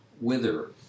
Wither